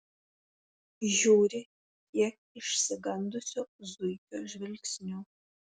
žiūri kiek išsigandusio zuikio žvilgsniu